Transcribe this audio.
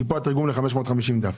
כאן התרגום ל-550 דפים.